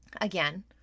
Again